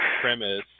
premise